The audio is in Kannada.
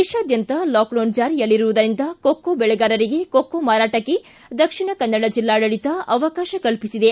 ದೇಶಾದ್ಯಂತ ಲಾಕ್ಡೌನ್ ಜಾರಿಯಲ್ಲಿರುವುದರಿಂದ ಕೊಕ್ಕೋ ಬೆಳೆಗಾರರಿಗೆ ಕೊಕ್ಕೋ ಮಾರಾಟಕ್ಕೆ ದಕ್ಷಿಣ ಕನ್ನಡ ಬೆಲ್ಲಾಡಳಿತ ಅವಕಾಶ ಕಲ್ಪಿಸಿದೆ